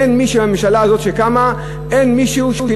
אין מישהו בממשלה הזאת,